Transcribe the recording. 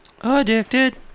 Addicted